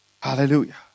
Hallelujah